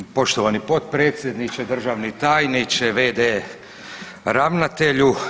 Poštovani potpredsjedniče, državni tajniče, v.d. ravnatelju.